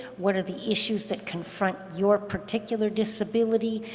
what are the issues that confront your particular disability,